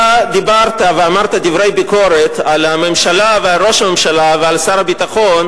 אתה דיברת ואמרת דברי ביקורת על הממשלה ועל ראש הממשלה ועל שר הביטחון